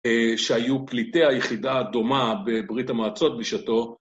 שהיו פליטי היחידה הדומה בברית המעצות בשעתו